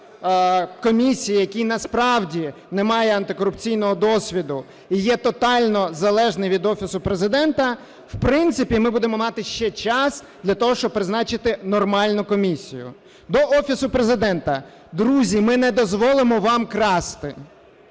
комісії, який насправді не має антикорупційного досвіду і є тотально залежний від Офісу Президента, в принципі ми будемо мати ще час для того, щоб призначити нормальну комісію. До Офісу Президента. Друзі, ми не дозволимо вам красти.